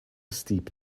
steep